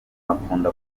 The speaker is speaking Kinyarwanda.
bakunda